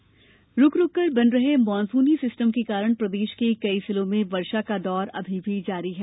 मौसम रूक रूक कर बन रहे मानसूनी सिस्टम के कारण प्रदेश के कई जिलों में वर्षा का दौर अभी भी जारी है